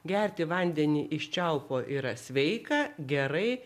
gerti vandenį iš čiaupo yra sveika gerai